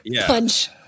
punch